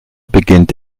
beginnt